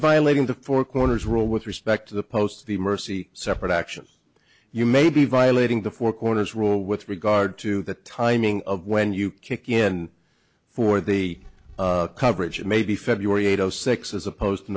violating the four corners rule with respect to the post the mersey separate actions you may be violating the four corners rule with regard to the timing of when you kick in for the coverage maybe february